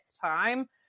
time